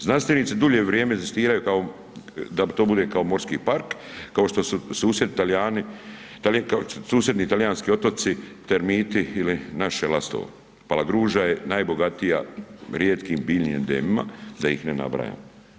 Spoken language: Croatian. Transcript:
Znanstvenici dulje vrijeme inzistiraju kao da to bude kao morski park kao što su susjedi Talijani, kao susjedni talijanski otoci Termiti ili naše Lastovo, Palagruža je najbogatija rijetkim biljnim endemima da ih ne nabrajam.